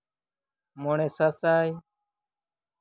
ᱢᱚᱬᱮ ᱥᱟᱥᱟᱭ